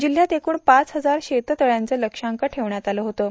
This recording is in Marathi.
जिल्ह्यात एकूण पाच हजार शेततळ्यांचं लक्षांक ठेवण्यात आलं होतं